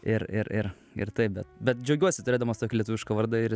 ir ir ir ir taip bet bet džiaugiuosi turėdamas tokį lietuvišką vardą ir